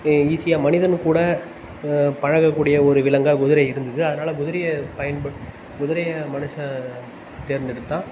ஏ ஈஸியாக மனிதன் கூட பழக்கக்கூடிய ஒரு விலங்காக குதிரை இருந்துது அதனால குதிரையை பயன்ப குதிரையை மனுஷன் தேர்ந்தெடுத்தான்